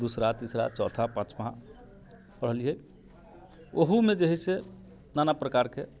दुसरा तीसरा चौथा पँचवा पढ़लियै ओहो मे जे है से नाना प्रकार के